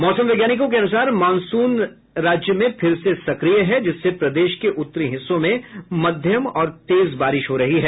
मौसम वैज्ञानिकों के अनुसार मॉनसून राज्य में फिर से सक्रिय है जिससे प्रदेश के उत्तरी हिस्सों में मध्यम और तेज बारिश हो रही है